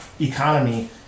economy